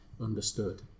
understood